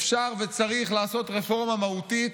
אפשר וצריך לעשות רפורמה מהותית,